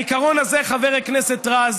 העיקרון הזה, חבר הכנסת רז,